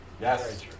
Yes